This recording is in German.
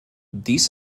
dies